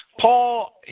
Paul